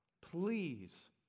please